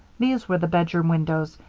these were the bedroom windows,